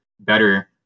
better